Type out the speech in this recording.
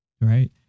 right